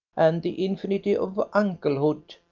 and the infinity of unclehood,